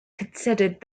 considered